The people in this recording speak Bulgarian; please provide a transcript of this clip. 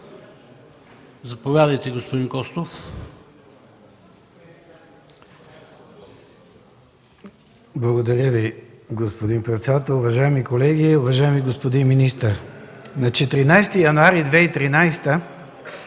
Заповядайте, господин Костов.